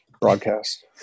broadcast